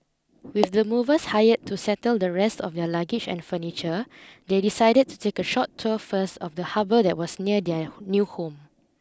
with the movers hired to settle the rest of their luggage and furniture they decided to take a short tour first of the harbour that was near their new home